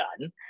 done